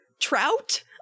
trout